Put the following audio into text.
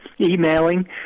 emailing